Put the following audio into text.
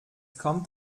kommt